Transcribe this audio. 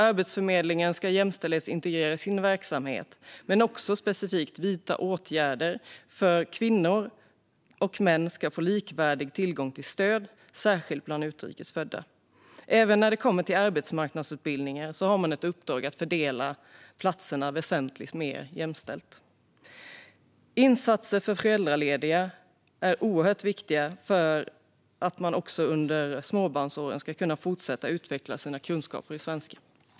Arbetsförmedlingen ska jämställdhetsintegrera sin verksamhet men också specifikt vidta åtgärder för att kvinnor och män ska få likvärdig tillgång till stöd, särskilt bland utrikes födda. Även när det gäller arbetsmarknadsutbildningar har man ett uppdrag att fördela platserna väsentligt mer jämställt. Insatser för föräldralediga är oerhört viktiga för att man också under småbarnsåren ska kunna fortsätta utveckla sina kunskaper i svenska.